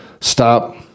stop